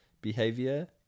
behavior